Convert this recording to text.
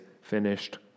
finished